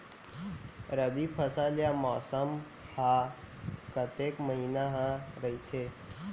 रबि फसल या मौसम हा कतेक महिना हा रहिथे?